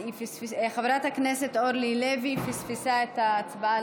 חברת הכנסת אורלי לוי אבקסיס פספסה את ההצבעה,